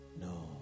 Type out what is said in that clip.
no